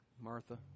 Martha